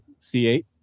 C8